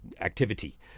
activity